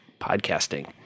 podcasting